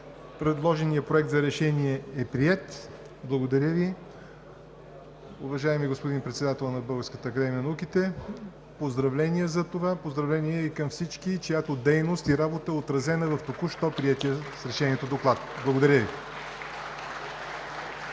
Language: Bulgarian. Предложеният Проект за решение е приет. Благодаря Ви, уважаеми господин Председател на Българската академия на науките. Поздравления за това. Поздравления и към всички, чиято дейност и работа е отразена с Решението в току-що приетия доклад. Благодаря Ви.